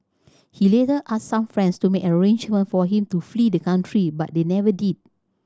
he later asked some friends to make arrangements for him to flee the country but they never did